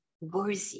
worthy